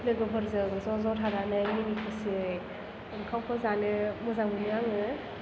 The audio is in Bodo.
लोगोफोरजों ज' ज' थानानै लोगोसे ओंखामखौ जानो मोजां मोनो आङो